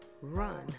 run